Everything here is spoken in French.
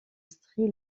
sri